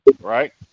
right